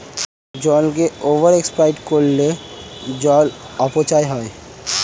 জলকে over exploit করলে জল অপচয় হয়